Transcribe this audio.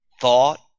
thought